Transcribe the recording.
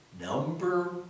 number